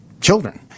children